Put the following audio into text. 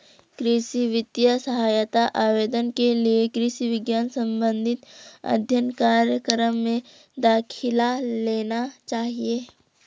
कृषि वित्तीय सहायता आवेदन के लिए कृषि विज्ञान संबंधित अध्ययन कार्यक्रम में दाखिला लेना चाहिए